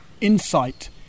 insight